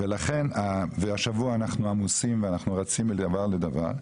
והשבוע אנחנו עמוסים ורצים מדבר לדבר,